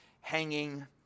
hanging